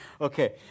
Okay